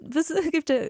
vis kaip čia